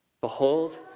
Behold